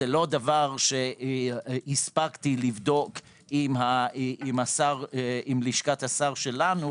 זה לא דבר שהספקתי לבדוק עם לשכת השר שלנו,